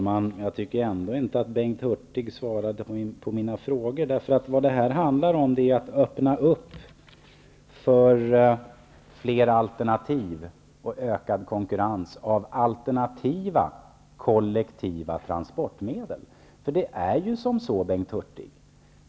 Herr talman! Jag tycker inte att Bengt Hurtig svarade på mina frågor. Vad detta handlar om är att man öppnar upp för fler alternativ och ökad konkurrens av alternativa kollektiva transportmedel.